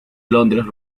londres